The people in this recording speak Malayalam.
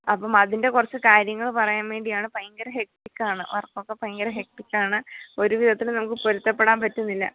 അപ്പം അതിൻ്റെ കുറച്ച് കാര്യങ്ങൾ പറയാൻ വേണ്ടിയാണ് ഭയങ്കര ഹെക്റ്റിയ്ക്കാണ് വർക്കൊക്കെ ഭയങ്കര ഹെക്റ്റിയ്ക്കാണ് ഒരു വിധത്തിലും നമുക്ക് പൊരുത്തപ്പെടാൻ പറ്റുന്നില്ല